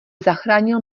zachránil